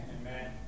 Amen